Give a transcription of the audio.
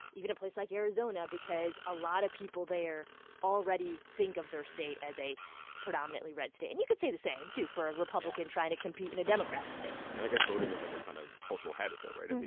even a place like arizona because a lot of people there already think of their state as a predominantly red state. and you could say the same, too, for a republican trying to compete in a democratic state and i guess voting is, like, a kind of cultural habit though, right?